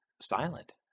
silent